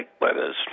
Letters